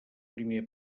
primer